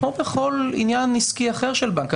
כמו בכל עניין עסקי אחר של בנק.